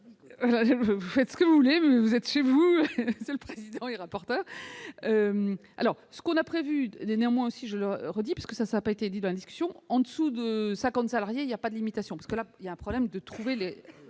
être faites ce que vous voulez mais vous êtes chez vous et rapporteur alors ce qu'on a prévu d'néanmoins. Je le redis, parce que ça, ça a pas été dit dans la discussion, en-dessous de 50 salariés il y a pas de limitation, parce que là il y a un problème de trouver les